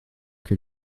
que